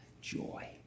joy